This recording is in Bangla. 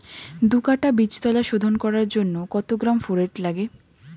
দু কাটা বীজতলা শোধন করার জন্য কত গ্রাম ফোরেট লাগে?